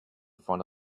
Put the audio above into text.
front